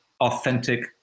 authentic